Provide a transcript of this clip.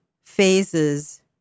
phases